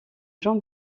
jean